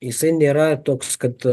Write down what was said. jisai nėra toks kad